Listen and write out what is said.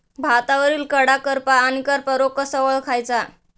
भातावरील कडा करपा आणि करपा रोग कसा ओळखायचा?